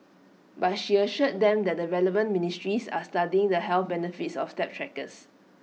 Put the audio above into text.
but she assured them that the relevant ministries are studying the health benefits of step trackers